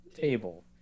table